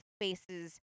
faces